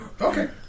Okay